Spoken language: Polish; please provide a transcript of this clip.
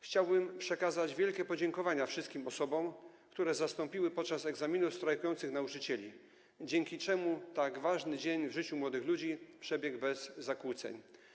Chciałbym przekazać wielkie podziękowania wszystkim osobom, które zastąpiły podczas egzaminów strajkujących nauczycieli, dzięki czemu tak ważny dzień w życiu młodych ludzi przebiegł bez zakłóceń.